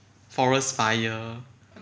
forest fire